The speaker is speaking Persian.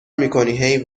میکنی